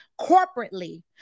corporately